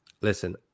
listen